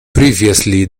previously